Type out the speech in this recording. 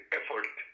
effort